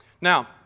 Now